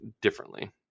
differently